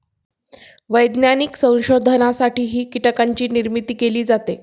वैज्ञानिक संशोधनासाठीही कीटकांची निर्मिती केली जाते